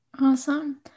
Awesome